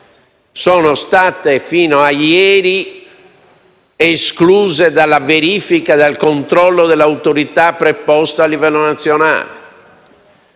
sono state fino a ieri escluse dalla verifica e dal controllo della autorità preposta a livello nazionale.